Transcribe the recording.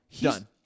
Done